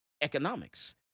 Economics